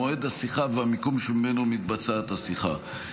מועד השיחה והמיקום שממנו מתבצעת השיחה.